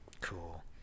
Cool